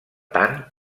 tant